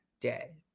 day